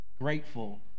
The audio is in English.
grateful